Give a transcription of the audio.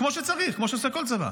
כמו שצריך, כמו שעושה כל צבא.